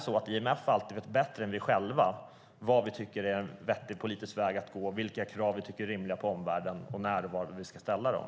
Vet IMF alltid bättre än vi själva vad vi tycker är en vettig politisk väg att gå, vilka krav på omvärlden vi tycker är rimliga och när och var vi ska ställa dem?